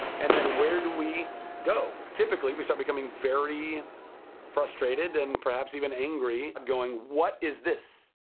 and then where do we go? typically we start becoming very frustrated, and perhaps even angry, going, what is this?